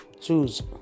choose